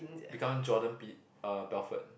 become Jordan B uh Belfort